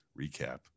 recap